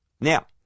now